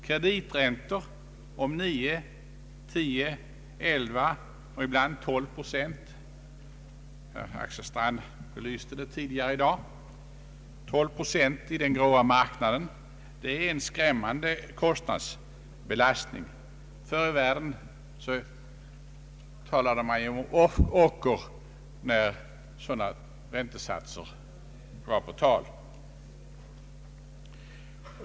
Krediträntor på 9, 10, 11 och ibland 12 procent i den grå marknaden — herr Axel Strand belyste det tidigare i dag — är en skrämmande <:kostnadsbelastning. Förr i världen talade man om ocker när det var fråga om sådana räntesatser.